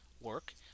work